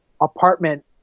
apartment